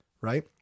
right